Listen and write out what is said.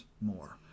more